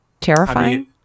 Terrifying